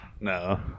No